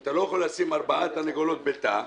אתה לא יכול לשים ארבע תרנגולות בתא,